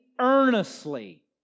earnestly